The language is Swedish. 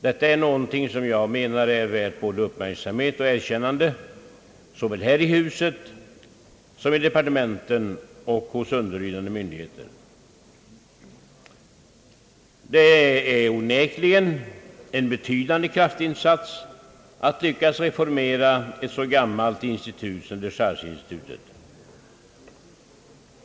Detta är någonting som är värt både uppmärksamhet och erkännande såväl här i huset som i departementen och hos underlydande myndigheter. Det är onekligen en betydande kraftinsats att lyckas reformera ett så gammalt institut som dechargeinstitutet.